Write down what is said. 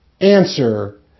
Answer